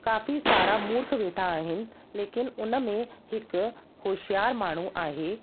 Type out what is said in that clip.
काफ़ी सारा मूर्ख वेठा आहिनि लेकिन उन में हिकु होश्यारु माण्हू आहे